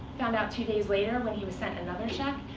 found out two days later, when he was sent another check,